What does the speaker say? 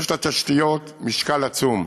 יש לתשתיות משקל עצום.